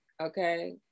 Okay